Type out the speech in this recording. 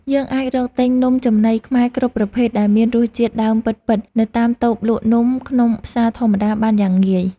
យើងអាចរកទិញនំចំណីខ្មែរគ្រប់ប្រភេទដែលមានរសជាតិដើមពិតៗនៅតាមតូបលក់នំក្នុងផ្សារធម្មតាបានយ៉ាងងាយ។